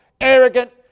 arrogant